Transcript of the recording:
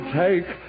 take